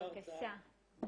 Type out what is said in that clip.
בבקשה.